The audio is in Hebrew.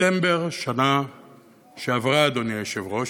דצמבר שנה שעברה, אדוני היושב-ראש,